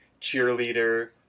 Cheerleader